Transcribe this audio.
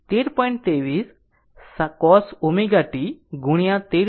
23 cos ω t ગુણ્યા 13